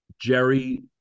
Jerry